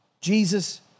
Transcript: Jesus